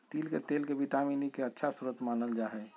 तिल के तेल के विटामिन ई के अच्छा स्रोत मानल जा हइ